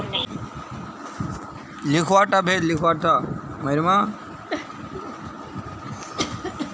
cable TV डीटीएचेर bill offline स भरवा सक छी